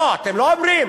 לא, אתם לא אומרים.